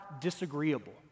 disagreeable